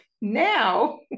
now